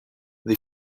the